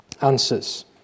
Answers